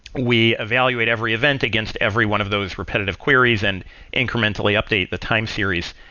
we evaluate every event against every one of those repetitive queries and incrementally update the time series.